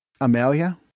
Amelia